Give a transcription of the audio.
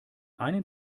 einen